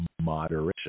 moderation